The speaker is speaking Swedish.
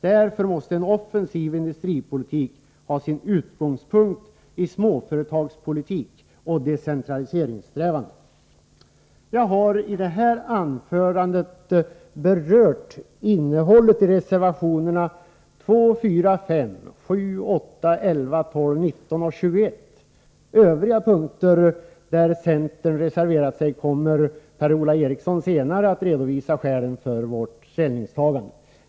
Därför måste en offensiv industripolitik ha sin utgångspunkt i småföretagspolitik och decentraliseringssträvanden. Jag har i detta anförande berört innehållet i reservationerna 2, 4, 5, 7, 8, 11, 12, 19 och 21. Beträffande övriga punkter där centern reserverat sig kommer Per-Ola Eriksson senare att redovisa skälen till vårt ställningstagande.